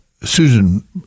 Susan